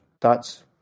Thoughts